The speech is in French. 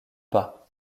pas